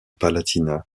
palatinat